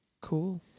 Cool